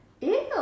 Ew